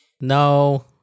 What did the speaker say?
No